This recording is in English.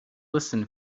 listen